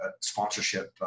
sponsorship